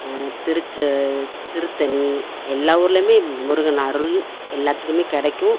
திருச்ச திருத்தணி எல்லாம் ஊர்லயுமே முருகன் அருள் எல்லாத்துக்குமே கிடைக்கும்